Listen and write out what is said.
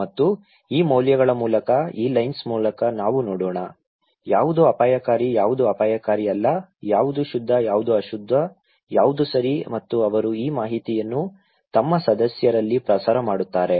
ಮತ್ತು ಈ ಮೌಲ್ಯಗಳ ಮೂಲಕ ಈ ಲೆನ್ಸ್ ಮೂಲಕ ನಾವು ನೋಡೋಣ ಯಾವುದು ಅಪಾಯಕಾರಿ ಯಾವುದು ಅಪಾಯಕಾರಿ ಅಲ್ಲ ಯಾವುದು ಶುದ್ಧ ಯಾವುದು ಅಶುದ್ಧ ಯಾವುದು ಸರಿ ಮತ್ತು ಅವರು ಈ ಮಾಹಿತಿಯನ್ನು ತಮ್ಮ ಸದಸ್ಯರಲ್ಲಿ ಪ್ರಸಾರ ಮಾಡುತ್ತಾರೆ